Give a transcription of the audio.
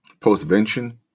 postvention